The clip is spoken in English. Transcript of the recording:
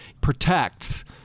protects